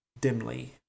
dimly